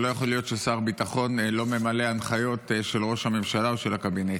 שלא יכול להיות ששר ביטחון לא ממלא הנחיות של ראש הממשלה או של הקבינט.